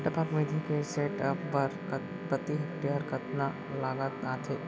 टपक विधि के सेटअप बर प्रति हेक्टेयर कतना लागत आथे?